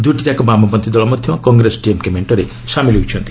ଦୁଇଟି ଯାକ ବାମପନ୍ତି ଦଳ ମଧ୍ୟ କଂଗ୍ରେସ ଡିଏମ୍କେ ମେଣ୍ଟରେ ସାମିଲ ହୋଇଛନ୍ତି